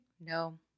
No